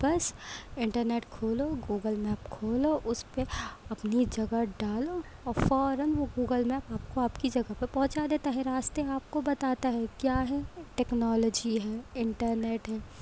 بس انٹرنیٹ کھولو Google map کھولو اس پہ اپنی جگہ ڈالو اور فوراً وہ گوگل میپ آپ کو آپ کی جگہ پہ پہنچا دیتا ہے راستے آپ کو بتاتا ہے کیا ہے ٹیکنالوجی ہے انٹرنیٹ ہے